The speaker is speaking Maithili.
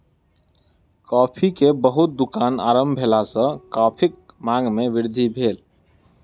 कॉफ़ी के बहुत दुकान आरम्भ भेला सॅ कॉफ़ीक मांग में वृद्धि भेल